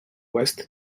west